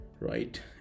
right